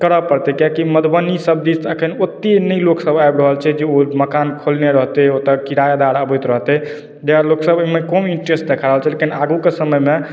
करै पड़ते किएकि मधुबनी सभ दिस तऽ अखन ओते नहि लोक सभ आबि रहल छै जे ओ मकान खोलने रहतै ओतो किरायदार अबैत रहिते ताहि दुआरे लोक सभ कम इन्टरेस्ट देखा रहल छै लेकिन आगूके समयमे